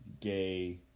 gay